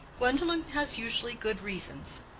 gwendolen has usually good reasons.